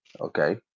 Okay